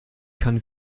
kann